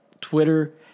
Twitter